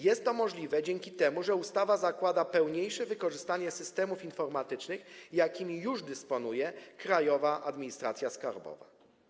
Jest to możliwe dzięki temu, że ustawa zakłada pełniejsze wykorzystanie systemów informatycznych, jakimi już dysponuje Krajowa Administracja Skarbowa.